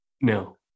No